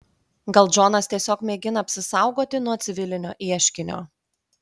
gal džonas tiesiog mėgina apsisaugoti nuo civilinio ieškinio